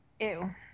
Ew